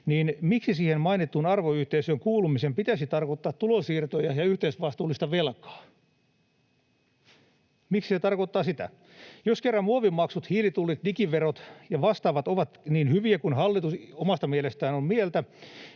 niin miksi siihen mainittuun arvoyhteisöön kuulumisen pitäisi tarkoittaa tulonsiirtoja ja yhteisvastuullista velkaa? Miksi se tarkoittaa sitä? Jos kerran muovimaksut, hiilitullit, digiverot ja vastaavat ovat niin hyviä kuin hallitus omasta mielestään on mieltä,